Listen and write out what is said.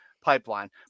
Pipeline